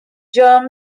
germ